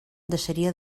deixaria